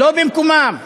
לא במקומן.